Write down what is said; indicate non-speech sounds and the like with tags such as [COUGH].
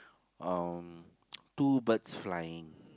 um [NOISE] two birds flying